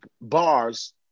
bars